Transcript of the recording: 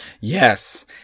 Yes